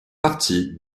partie